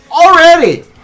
already